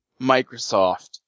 Microsoft